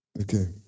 Okay